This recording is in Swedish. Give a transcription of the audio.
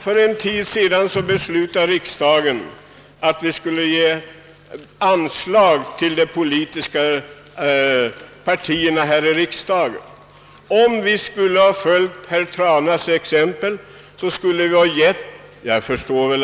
För en tid sedan beslöt riksdagen att vi skulle ge anslag till de politiska partier som är företrädda i riksdagen. Om vi skulle ha följt herr Tranas rekommendation skulle vi väl då ha givit anslag